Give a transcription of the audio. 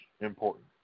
important